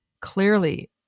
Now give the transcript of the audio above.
clearly